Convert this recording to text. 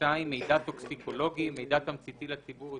שיעור הרכיבים